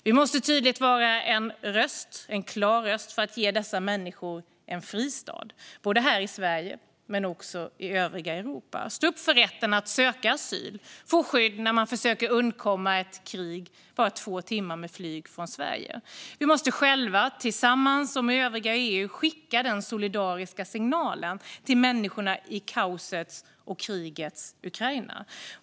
Vi måste tydligt vara en röst, en klar röst, för att ge dessa människor en fristad både här i Sverige och i övriga Europa. Vi ska stå upp för rätten att söka asyl och få skydd när man försöker undkomma ett krig bara två timmar med flyg från Sverige. Vi måste själva och tillsammans med övriga EU skicka den solidariska signalen till människorna i kaosets och krigets Ukraina.